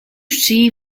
see